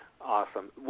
Awesome